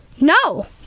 No